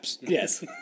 Yes